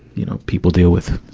you know, people deal with.